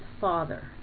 father